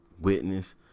witness